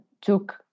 took